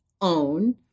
own